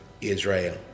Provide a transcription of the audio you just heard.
Israel